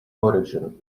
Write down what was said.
origin